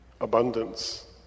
Abundance